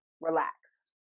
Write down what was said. relax